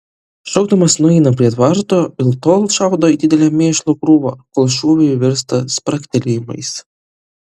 šokdamas nueina prie tvarto ir tol šaudo į didelę mėšlo krūvą kol šūviai virsta spragtelėjimais